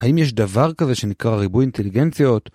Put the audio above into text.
האם יש דבר כזה שנקרא ריבוי אינטליגנציות?